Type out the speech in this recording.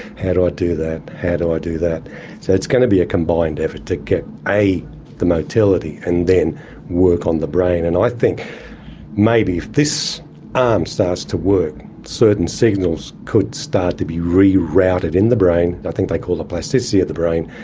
how do i do that, how do i do that, so it's got to be a combined effort to get the motility and then work on the brain. and i think maybe if this arm starts to work, certain signals could start to be re-routed in the brain, i think they call it plasticity of the brain,